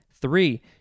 Three